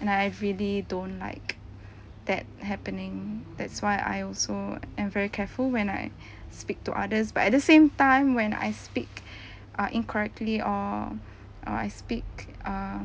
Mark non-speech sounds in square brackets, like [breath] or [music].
and I really don't like that happening that's why I also am very careful when I [breath] speak to others but at the same time when I speak [breath] uh incorrectly or uh I speak err